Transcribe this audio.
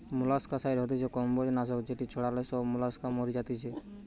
molluscicide হতিছে কম্বোজ নাশক যেটি ছড়ালে সব মোলাস্কা মরি যাতিছে